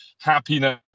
happiness